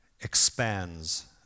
expands